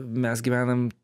mes gyvenam